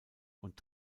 und